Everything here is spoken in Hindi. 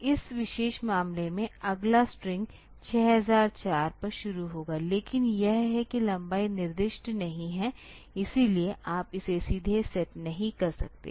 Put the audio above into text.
तो इस विशेष मामले में अगला स्ट्रिंग 6004 पर शुरू होगा लेकिन यह है कि लंबाई निर्दिष्ट नहीं है इसलिए आप इसे सीधे सेट नहीं कर सकते